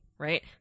right